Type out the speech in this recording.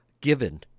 given